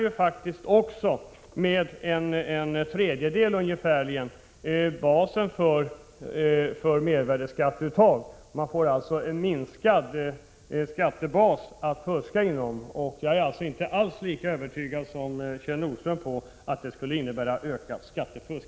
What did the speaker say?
Genom dessa minskar man ju basen för mervärdeskatteuttaget med ungefär en tredjedel, och då återstår ett mindre skatteutrymme att fuska inom. Jag är alltså inte lika övertygad som Kjell Nordström om att resultatet skulle bli ökat skattefusk.